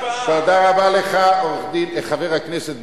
מה עם ההקפאה, תודה רבה לך, חבר הכנסת בן-ארי.